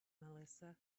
melissa